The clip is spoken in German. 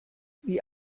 wie